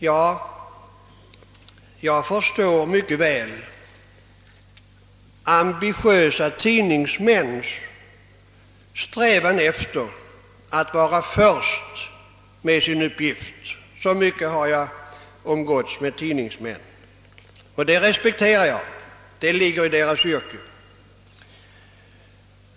Jag förstår mycket väl ambitiösa tidningsmäns strävan efter att vara först med sin uppgift — så mycket har jag umgåtts med tidningsmän — och det respekterar jag; det ligger i deras yrke.